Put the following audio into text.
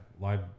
live